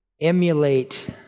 emulate